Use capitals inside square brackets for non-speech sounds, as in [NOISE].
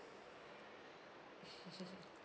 [LAUGHS]